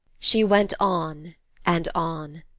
she went on and on.